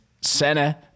Senna